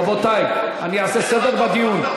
רבותי, אני אעשה סדר בדיון.